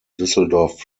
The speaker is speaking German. düsseldorf